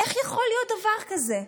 איך יכול להיות דבר כזה?